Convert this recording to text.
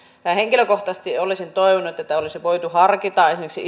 minä henkilökohtaisesti olisin toivonut että olisi voitu harkita esimerkiksi